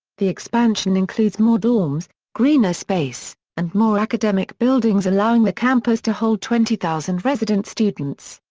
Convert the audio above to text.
the expansion includes more dorms, greener space, and more academic buildings allowing the campus to hold twenty thousand resident students.